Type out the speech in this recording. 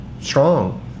strong